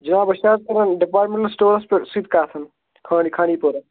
جناب بہٕ چھُس حَظ کران ڈِپارٹمینٹل سٹورس سۭتۍ کتھ خانی خانی پورہ